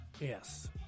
Yes